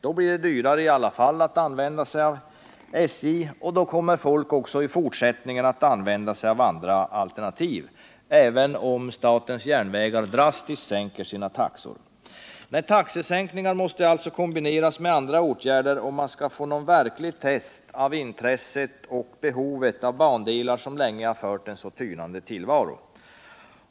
Då blir det i alla fall dyrare att använda sig av SJ, och då kommer folk också i fortsättningen att använda sig av andra alternativ — även om SJ drastiskt sänker taxorna. Taxesänkningar måste alltså kombineras med andra åtgärder, om man skall få någon verklig test av intresset och behovet av bandelar som länge har fört en tynande tillvaro.